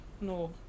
no